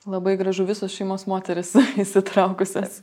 labai gražu visos šeimos moterys įsitraukusios